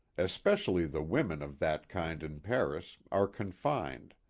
especially the women of that kind in paris are confined.